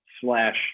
slash